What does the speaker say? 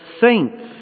saints